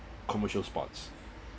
commercial sports